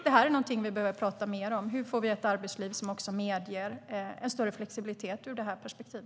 Detta är någonting som vi behöver tala mer om. Hur får vi ett arbetsliv som också medger en större flexibilitet ur detta perspektiv?